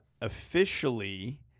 Officially